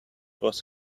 was